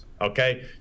okay